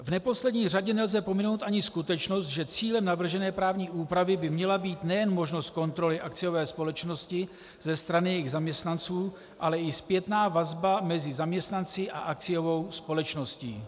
V neposlední řadě nelze pominout ani skutečnost, že cílem navržené právní úpravy by měla být nejen možnost kontroly akciové společnosti ze strany jejích zaměstnanců, ale i zpětná vazba mezi zaměstnanci a akciovou společností.